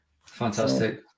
Fantastic